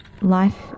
life